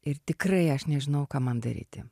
ir tikrai aš nežinojau ką man daryti